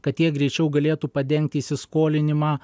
kad jie greičiau galėtų padengt įsiskolinimą